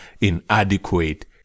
inadequate